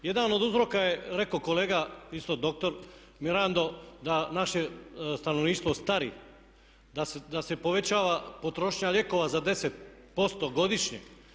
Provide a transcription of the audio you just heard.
Jedan od uzroka je rekao kolega isto doktor Mirando da naše stanovništvo stari, da se povećava potrošnja lijekova za 10% godišnje.